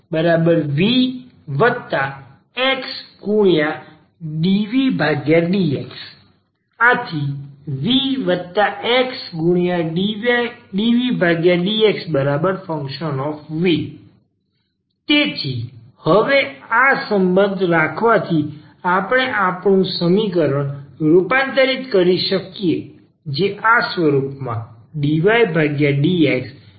અને પછી dydxvxdvdx vxdvdxfv તેથી હવે આ સંબંધ રાખવાથી આપણે આપણું સમીકરણ રૂપાંતરિત કરી શકીએ